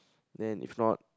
then if not